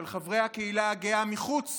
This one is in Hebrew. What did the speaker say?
של חברי הקהילה הגאה, מחוץ